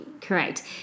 correct